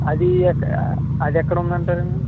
అది ఎక్కడ అది ఎక్కడ ఉంది అంటారు